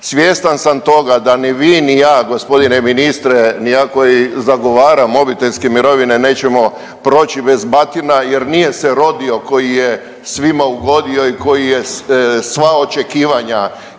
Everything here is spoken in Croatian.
Svjestan sam toga da ni vi, ni ja gospodine ministre koji zagovaram obiteljske mirovine nećemo proći bez batina jer nije se rodio koji je svima ugodio i koji je sva očekivanja